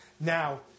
Now